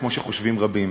כמו שחושבים רבים.